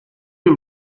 you